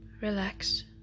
Relax